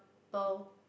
vegetable